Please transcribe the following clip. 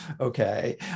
Okay